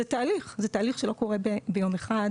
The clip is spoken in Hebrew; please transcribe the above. זה תהליך שלא קורה ביום אחד,